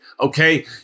okay